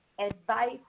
advice